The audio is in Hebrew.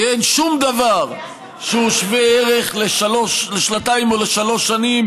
כי אין שום דבר שהוא שווה ערך לשנתיים או לשלוש שנים